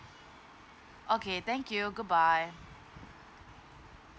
okay thank you goodbye